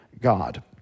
God